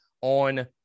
on